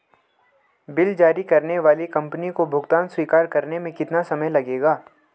Bill जारी करने वाली कंपनी को भुगतान स्वीकार करने में कितना समय लगेगा?